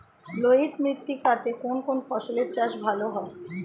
লোহিত মৃত্তিকা তে কোন কোন ফসলের চাষ ভালো হয়?